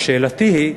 אז שאלתי היא: